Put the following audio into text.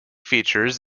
features